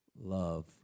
love